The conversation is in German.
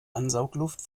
ansaugluft